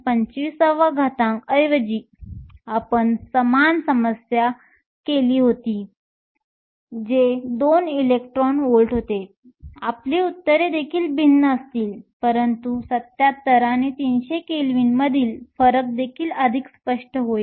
25 ऐवजी आपण समान समस्या केली होती जे 2 इलेक्ट्रॉन व्होल्ट होते आपली उत्तरे देखील भिन्न असतील परंतु 77 आणि 300 केल्विनमधील फरक देखील अधिक स्पष्ट होईल